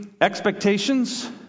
expectations